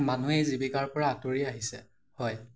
মানুহে এই জীৱিকাৰ পৰা আঁতৰি আহিছে হয়